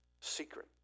secret